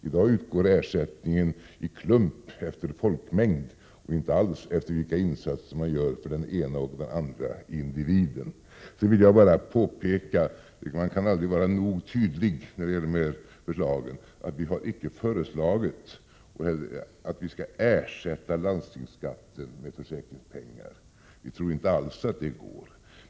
I dag utgår ersättning i klump, efter folkmängd, och inte alls efter vilka insatser man gör för den ena eller den andra individen. Man kan aldrig vara nog tydlig när det gäller dessa förslag. Jag vill påpeka att vi icke har föreslagit att vi skall ersätta landstingsskatten med försäkringspengar. Vi tror inte alls att det går.